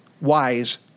wise